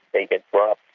they get robbed.